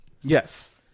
Yes